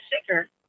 sicker